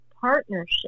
partnership